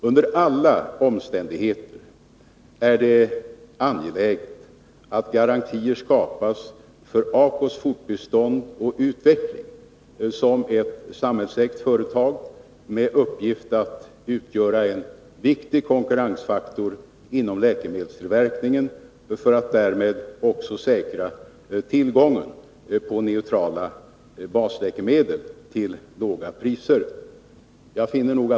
Under alla omständigheter är det angeläget att garantier skapas för ACO:s fortbestånd och utveckling som ett samhällsägt företag med uppgift att utgöra en viktig konkurrensfaktor inom läkemedelstillverkningen och för att därmed också säkra tillgången på neutrala basläkemedel till låga priser.